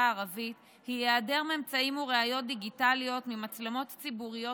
הערבית היא "היעדר ממצאים וראיות דיגיטליות ממצלמות ציבוריות